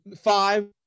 five